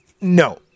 no